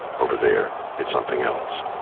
over there it's something else.